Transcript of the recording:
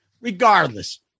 Regardless